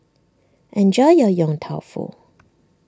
enjoy your Yong Tau Foo